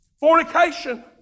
Fornication